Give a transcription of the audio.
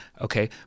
okay